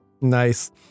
Nice